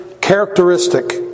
characteristic